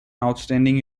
outstanding